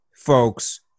folks